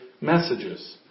messages